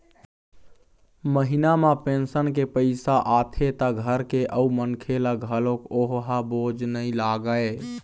महिना म पेंशन के पइसा आथे त घर के अउ मनखे ल घलोक ओ ह बोझ नइ लागय